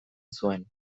zuen